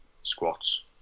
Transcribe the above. squats